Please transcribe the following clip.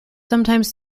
sometimes